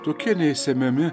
tokie neišsemiami